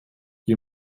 wie